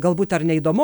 galbūt ar neįdomu